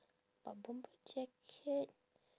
but bomber jacket